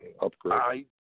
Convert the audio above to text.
upgrade